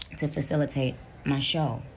to facilitate my show.